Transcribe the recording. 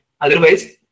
otherwise